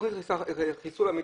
זה חיסול אמיתי.